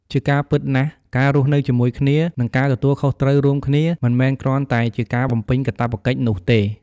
ជាការពិតណាស់ ការរស់នៅជាមួយគ្នា និងការទទួលខុសត្រូវរួមគ្នា មិនមែនគ្រាន់តែជាការបំពេញកាតព្វកិច្ចនោះទេ។